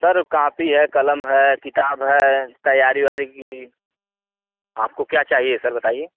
sir copy है कलम है किताब है तैयारी वारी की आपको क्या चाहिए सर बताइए